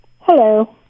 Hello